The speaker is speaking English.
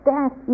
Death